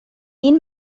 این